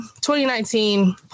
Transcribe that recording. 2019